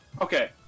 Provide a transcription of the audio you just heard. Okay